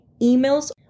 emails